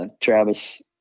travis